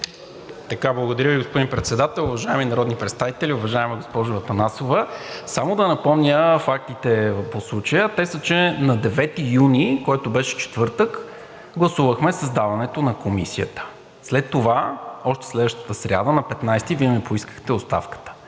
Благодаря Ви, господин Председател. Уважаеми народни представители, уважаема госпожо Атанасова! Да напомня фактите по случая, а те са, че на 9 юни, който беше четвъртък, гласувахме създаването на Комисията. След това, още следващата сряда, на 15-и, Вие ми поискахте оставката